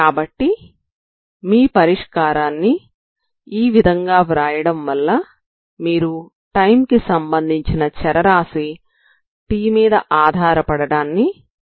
కాబట్టి మీ పరిష్కారాన్ని ఈ విధంగా వ్రాయడం వల్ల మీరు టైం కి సంబంధించిన చరరాశి t మీద ఆధారపడడాన్ని తొలగించవచ్చు